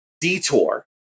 Detour